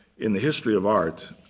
in the history of art,